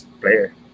player